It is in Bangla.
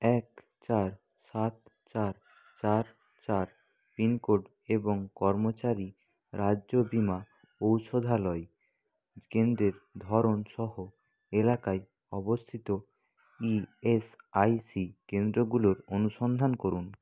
এক চার সাত চার চার চার পিনকোড এবং কর্মচারী রাজ্য বিমা ঔষধালয় কেন্দ্রের ধরনসহ এলাকায় অবস্থিত ইএসআইসি কেন্দ্রগুলোর অনুসন্ধান করুন